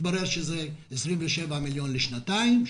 התברר שאלה 27 מיליון שקלים לשנתיים,